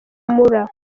mueller